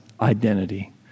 identity